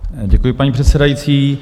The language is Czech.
Děkuji, paní předsedající.